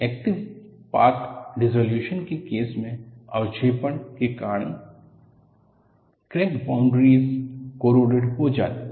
active path dissolution के case में अवक्षेपण के कारण ग्रेन बॉउन्ड्रीस करोडेड हो जाती है